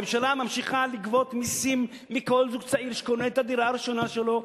הממשלה ממשיכה לגבות מסים מכל זוג צעיר שקונה את הדירה הראשונה שלו,